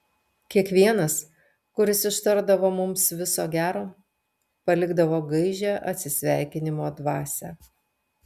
kiekvienas kuris ištardavo mums viso gero palikdavo gaižią atsisveikinimo dvasią